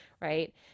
Right